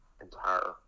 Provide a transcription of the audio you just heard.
entire